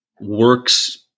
works